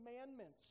commandments